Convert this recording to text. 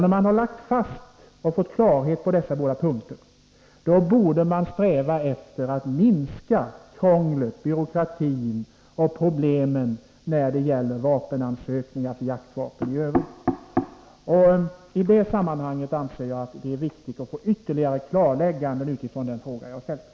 När man har lagt fast och fått klarhet på dessa båda punkter borde man sträva efter att minska krånglet, byråkratin och problemen när det gäller vapenansökningar för jaktvapen i övrigt. I detta sammanhang anser jag att det är viktigt att få ytterligare klarlägganden utifrån den fråga jag ställt.